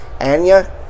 Anya